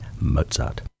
Mozart